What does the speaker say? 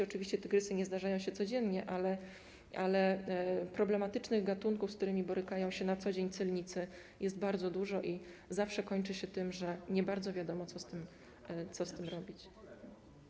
Oczywiście tygrysy nie zdarzają się codziennie, ale problematycznych gatunków, z którymi borykają się na co dzień celnicy, jest bardzo dużo i zawsze kończy się tym, że nie bardzo wiadomo, co z tym robić.